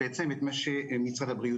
אני משתדל לדבר רק על מה שאני מתעסק ומבין בו.